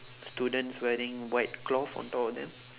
students wearing white cloth on top of them